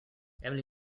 emily